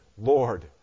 Lord